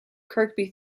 kirkby